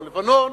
או לבנון,